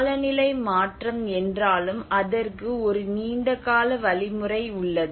காலநிலை மாற்றம் என்றாலும் அதற்கு ஒரு நீண்டகால வழிமுறை உள்ளது